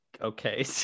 Okay